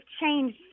changed